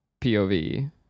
POV